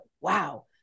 wow